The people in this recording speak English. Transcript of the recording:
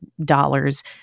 dollars